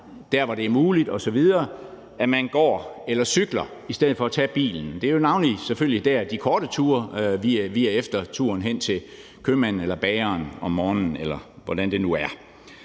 der, hvor det er muligt osv., går eller cykler i stedet for at tage bilen. Det er selvfølgelig navnlig de korte ture, vi er efter, altså turen hen til købmanden eller bageren om morgenen, eller hvordan det nu er.